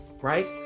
right